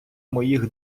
моїх